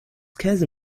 käse